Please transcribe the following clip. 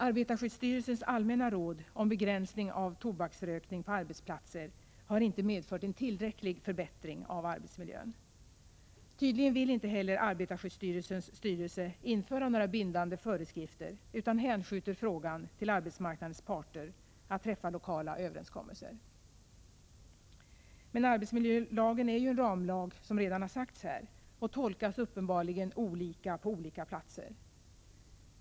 Arbetarskyddsstyrelsens allmänna råd om begränsning av tobaksrökning på arbetsplatser har inte medfört en tillräcklig förbättring av arbetsmiljön. Tydligen vill inte heller arbetarskyddsstyrelsens styrelse införa några bindande föreskrifter, utan man hänskjuter frågan till arbetsmarknadens parter för att de skall träffa lokala överenskommelser. Men arbetsmiljölagen är ju som sagt en ramlag, och den tolkas uppenbarligen olika på olika platser.